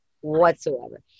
whatsoever